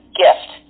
gift